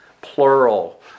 plural